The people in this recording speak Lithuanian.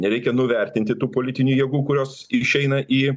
nereikia nuvertinti tų politinių jėgų kurios išeina į